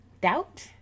doubt